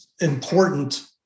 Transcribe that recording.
important